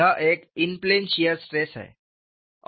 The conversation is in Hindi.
यह एक इन प्लेन शीयर स्ट्रेस है